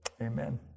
Amen